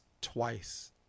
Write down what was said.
twice